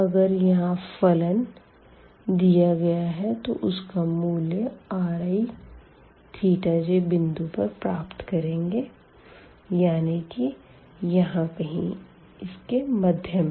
अगर यहाँ फ़ंक्शन दिया गया है तो उसका मूल्य rij बिंदु पर प्राप्त करेंगे यानी कि यहाँ कहीं इसके मध्य में